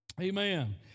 Amen